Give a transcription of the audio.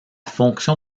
fonction